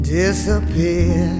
disappear